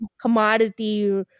commodity